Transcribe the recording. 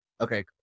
Okay